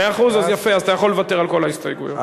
אז אתה יכול לוותר על כל ההסתייגויות.